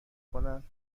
کنن